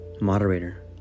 Moderator